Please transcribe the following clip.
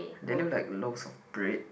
they live like loafs of bread